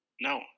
No